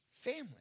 Family